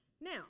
Now